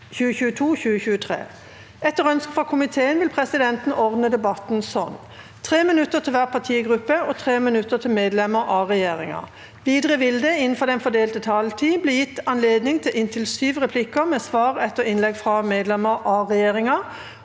fra helse- og omsorgskomiteen vil presidenten ordne debatten slik: 3 minutter til hver partigruppe og 3 minutter til medlemmer av regjeringen. Videre vil det – innenfor den fordelte taletid – bli gitt anledning til inntil sju replikker med svar etter innlegg fra medlemmer av regjeringen,